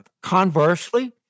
conversely